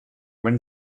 when